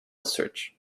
search